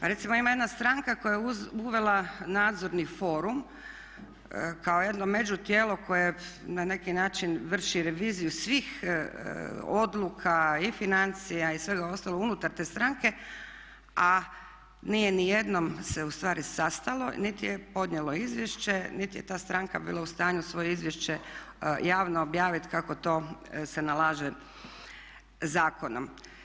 Pa recimo ima jedna stranka koja je uvela nadzorni forum kao jedno među tijelo koje na neki način vrši reviziju svih odluka i financija i svega ostalog unutar te stranke, a nije ni jednom se u stvari sastalo, niti je podnijelo izvješće, niti je ta stranka bila u stanju svoje izvješće javno objaviti kako to se nalaže zakonom.